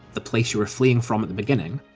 the place you were fleeing from at the beginning,